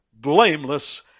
blameless